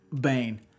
Bane